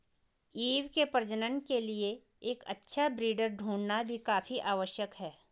ewe के प्रजनन के लिए एक अच्छा ब्रीडर ढूंढ़ना भी काफी आवश्यक है